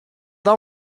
dan